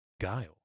Guile